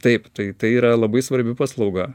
taip tai tai yra labai svarbi paslauga